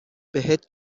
بهت